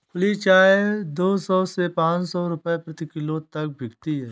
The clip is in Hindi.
खुली चाय दो सौ से पांच सौ रूपये प्रति किलो तक बिकती है